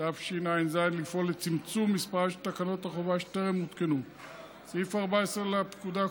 הצעת החוק עוברת בקריאה ראשונה,